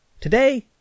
Today